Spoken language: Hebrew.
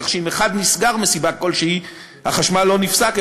כך שאם אחד נסגר מסיבה כלשהי החשמל לא נפסק,